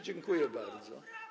Dziękuję bardzo.